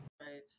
Right